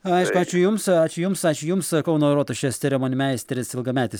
aišku ačiū jums ačiū jums ačiū jums kauno rotušės ceremonmeisteris ilgametis